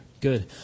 good